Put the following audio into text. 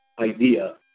idea